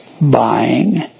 buying